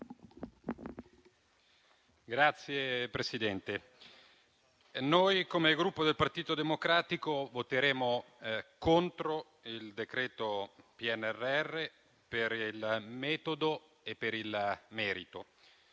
Signor Presidente, come Gruppo Partito Democratico voteremo contro il decreto PNRR per il metodo e per il merito.